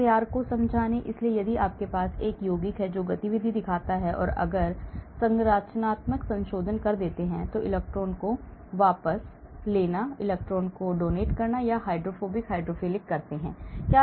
SAR को समझाने इसलिए यदि आपके पास एक यौगिक है जो गतिविधि दिखाता है तो अगर मैं संरचनात्मक संशोधन इलेक्ट्रॉन वापस लेना इलेक्ट्रॉन दान या हाइड्रोफोबिक हाइड्रोफिलिक करता हूं